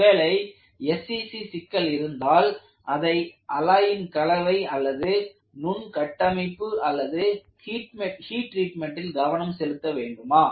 ஒருவேளை SCC சிக்கல் இருந்தால் அதை அல்லாயின் கலவை அல்லது நுண் கட்டமைப்பு அல்லது ஹீட் ட்ரீட்மென்ட் இல் கவனம் செலுத்த வேண்டுமா